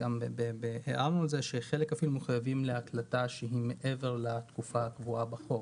הערנו על זה שחלק אפילו מחויבים להקלטה שהיא מעבר לתקופה הקבועה בחוק.